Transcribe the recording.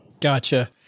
Gotcha